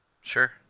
Sure